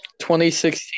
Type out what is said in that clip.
2016